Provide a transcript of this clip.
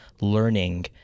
learning